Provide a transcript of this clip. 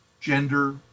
gender